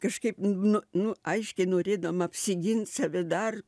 kažkaip nu nu aiškiai norėdama apsigint save dar